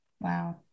Wow